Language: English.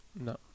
no